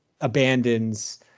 abandons